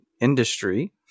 industry